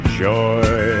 joy